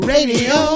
Radio